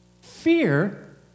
fear